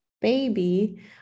baby